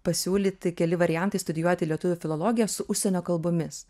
pasiūlyti keli variantai studijuoti lietuvių filologiją su užsienio kalbomis